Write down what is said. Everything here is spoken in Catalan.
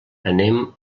anem